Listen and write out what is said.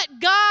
God